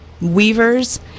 weavers